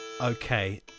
okay